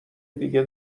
دیگه